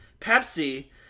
Pepsi